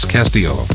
Castillo